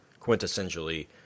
quintessentially